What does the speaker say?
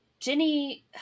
Jenny